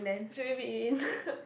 should we be mean